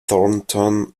thornton